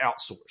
outsource